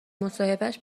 مصاحبهش